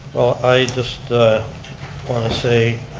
well i just want to say